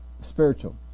spiritual